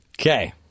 Okay